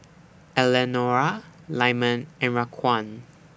Eleonora Lyman and Raquan